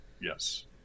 Yes